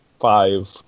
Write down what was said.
five